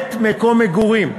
למעט מקום מגורים,